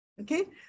Okay